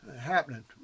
happening